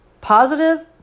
Positive